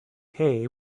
hay